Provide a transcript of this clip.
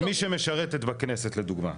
מישהי שמשרתת בכנסת לדוגמא,